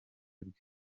bwe